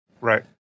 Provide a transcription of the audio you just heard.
Right